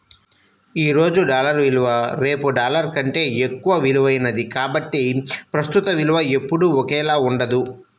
ఈ రోజు డాలర్ విలువ రేపు డాలర్ కంటే ఎక్కువ విలువైనది కాబట్టి ప్రస్తుత విలువ ఎప్పుడూ ఒకేలా ఉండదు